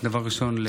דבר ראשון,